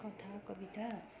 कथा कविता